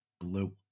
Blue